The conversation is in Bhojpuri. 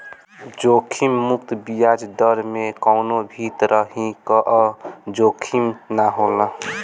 जोखिम मुक्त बियाज दर में कवनो भी तरही कअ जोखिम ना होला